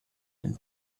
and